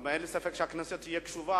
אין לי ספק שהכנסת תהיה קשובה,